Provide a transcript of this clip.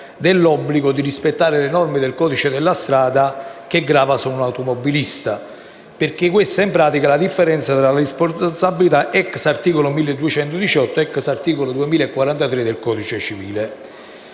l'obbligo di rispettare le norme del codice della strada che grava su un automobilista, perché è questa, in pratica, la differenza della responsabilità *ex* articolo 1218 ed *ex* articolo 2043 del codice civile.